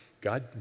God